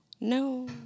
No